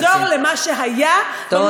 לחזור למה שהיה, תודה.